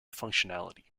functionality